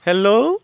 hello